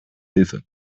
hilfe